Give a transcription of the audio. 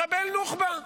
מחבל נוח'בה.